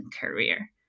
career